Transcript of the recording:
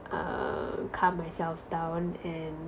uh calm myself down and